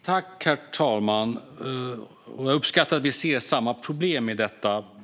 Herr talman! Jag uppskattar att vi ser samma problem i detta.